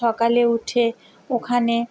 সকালে উঠে ওখানে